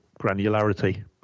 granularity